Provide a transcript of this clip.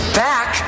back